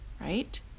right